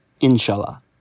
Inshallah